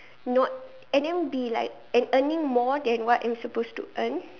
not and then be like and earning more than what I'm supposed to earn